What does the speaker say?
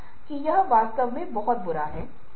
यह शायद Tom Sawyer है और यह बकले फिन बकल हैरी फ़िन है